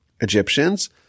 Egyptians